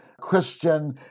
Christian